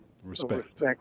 Respect